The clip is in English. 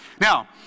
Now